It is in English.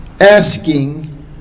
Asking